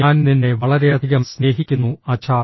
ഞാൻ നിന്നെ വളരെയധികം സ്നേഹിക്കുന്നു അച്ഛാ